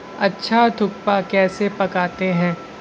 اچھا تھکپا کیسے پکاتے ہیں